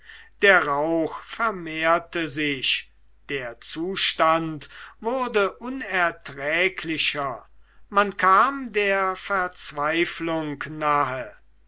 der rauch vermehrte sich der zustand wurde unerträglicher man kam der verzweiflung nahe